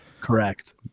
Correct